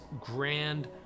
grand